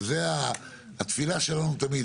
וזו התפילה שלנו תמיד,